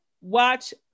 watch